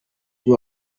bwo